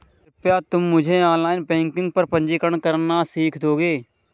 कृपया तुम मुझे ऑनलाइन बैंकिंग पर पंजीकरण करना सीख दोगे?